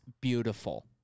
beautiful